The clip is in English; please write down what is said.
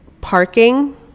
parking